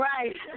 Right